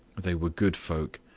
they were good folk.